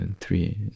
three